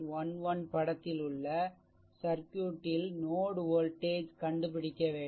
11 படத்தில் உள்ள சர்க்யூட் ல் நோட் வோல்டேஜ் கண்டுபிடிக்க வேண்டும்